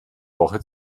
woche